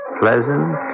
pleasant